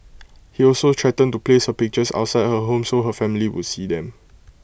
he also threatened to place her pictures outside her home so her family would see them